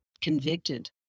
convicted